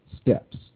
Steps